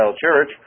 church